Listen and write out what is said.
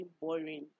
boring